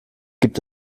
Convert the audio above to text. gibt